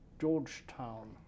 Georgetown